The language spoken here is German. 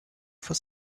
for